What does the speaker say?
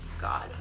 god